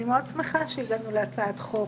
אני מאוד שמחה שהגענו להצעת חוק